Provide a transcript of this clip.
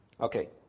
Okay